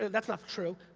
that's not true.